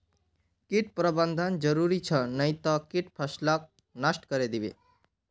कीट प्रबंधन जरूरी छ नई त कीट फसलक नष्ट करे दीबे